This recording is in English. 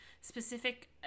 Specific